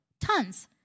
Tons